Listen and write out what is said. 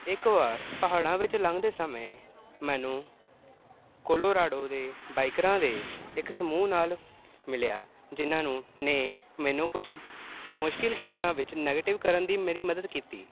ਇੱਕ ਵਾਰ ਪਹਾੜਾਂ ਵਿੱਚ ਲੰਘਦੇ ਸਮੇਂ ਮੈਨੂੰ ਕੋਲੋਂਰਾਡੋ ਦੇ ਬਾਈਕਰਾਂ ਦੇ ਇੱਕ ਸਮੂਹ ਨਾਲ ਮਿਲਿਆ ਜਿਹਨਾਂ ਨੂੰ ਨੇ ਮੈਨੂੰ ਕੁਛ ਮੁਸ਼ਕਲ ਖੇਤਰਾਂ ਵਿੱਚ ਨੈਗਟਿਵ ਕਰਨ ਦੀ ਮੇਰੀ ਮਦਦ ਕੀਤੀ